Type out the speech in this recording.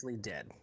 dead